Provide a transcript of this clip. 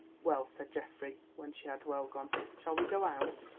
well, said geoffrey, when she had well gone, shall we go out?